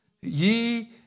ye